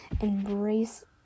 embrace